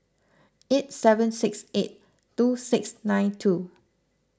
eight seven six eight two six nine two